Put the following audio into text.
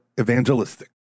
evangelistic